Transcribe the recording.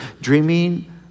dreaming